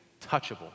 touchable